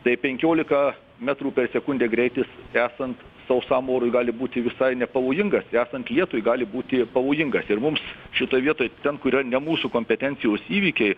tai penkiolika metrų per sekundę greitis esant sausam orui gali būti visai nepavojingas esant lietui gali būti pavojingas ir mums šitoj vietoj ten kur yra ne mūsų kompetencijos įvykiai